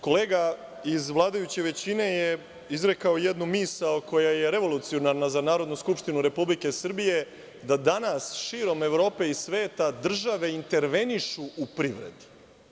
Kolega iz vladajuće većine je izrekao jednu misao, koja je revolucionarna za Narodnu skupštinu Republike Srbije, da danas širom Evrope i sveta države intervenišu u privredi.